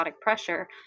pressure